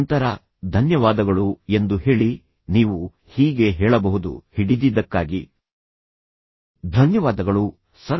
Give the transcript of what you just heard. ನಂತರ ನೀವು ಕ್ಷಮೆಯಾಚಿಸದಿದ್ದರೆ ಧನ್ಯವಾದಗಳು ಎಂದು ಹೇಳಿ ನೀವು ಹೀಗೆ ಹೇಳಬಹುದು ಹಿಡಿದಿದ್ದಕ್ಕಾಗಿ ಧನ್ಯವಾದಗಳು ಸರ್